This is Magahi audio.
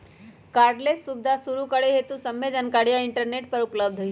कार्डलेस सुबीधा शुरू करे हेतु सभ्भे जानकारीया इंटरनेट पर उपलब्ध हई